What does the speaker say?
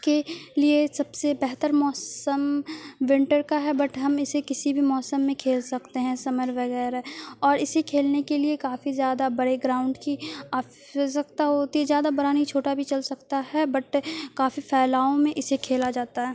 کے لیے سب سے بہتر موسم ونٹر کا ہے بٹ ہم اسے کسی بھی موسم میں کھیل سکتے ہیں سمر وغیرہ اور اسے کھیلنے کے لیے کافی زیادہ بڑے گراؤنڈ کی آوشکتا ہوتی ہے زیادہ بڑا نہیں چھوٹا بھی چل سکتا ہے بٹ کافی پھیلاؤ میں اسے کھیلا جاتا ہے